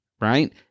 right